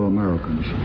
Americans